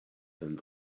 than